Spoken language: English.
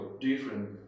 different